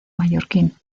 mallorquín